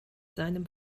seinem